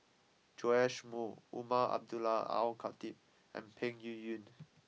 Joash Moo Umar Abdullah Al Khatib and Peng Yuyun